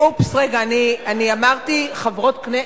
אופס, רגע, אני אמרתי "חברות כנסת"?